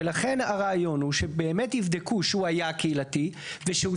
ולכן הרעיון הוא שבאמת יבדקו שהוא היה קהילתי ושהוא